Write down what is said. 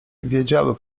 wiedziały